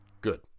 good